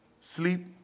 sleep